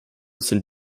sind